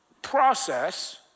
process